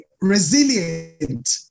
resilient